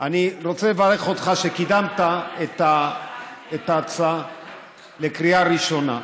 אני רוצה לברך אותך שקידמת את ההצעה לקריאה ראשונה.